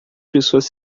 pessoas